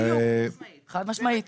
חד משמעית.